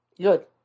Good